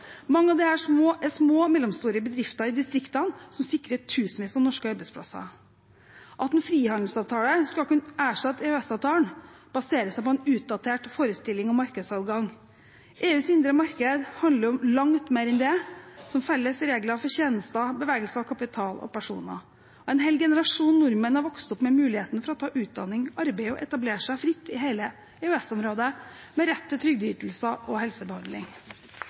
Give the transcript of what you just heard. Mange av disse er små og mellomstore bedrifter i distriktene som sikrer tusenvis av norske arbeidsplasser. At en frihandelsavtale skal kunne erstatte EØS-avtalen, baserer seg på en utdatert forestilling om markedsadgang. EUs indre marked handler om langt mer enn det, som felles regler for tjenester og bevegelse av kapital og personer. En hel generasjon nordmenn har vokst opp med muligheten for å ta utdanning, arbeide og etablere seg fritt i hele EØS-området, med rett til trygdeytelser og helsebehandling.